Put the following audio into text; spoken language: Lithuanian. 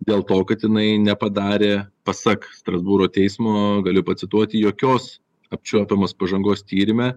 dėl to kad jinai nepadarė pasak strasbūro teismo galiu pacituoti jokios apčiuopiamos pažangos tyrime